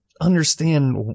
understand